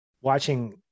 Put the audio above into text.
watching